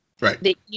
Right